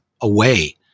away